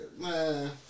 Man